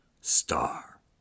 star